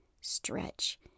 Stretch